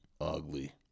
ugly